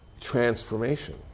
transformation